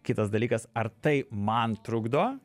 kitas dalykas ar tai man trukdo